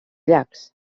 llacs